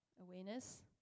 Awareness